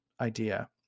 idea